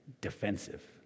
Defensive